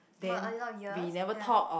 what a lot of years ya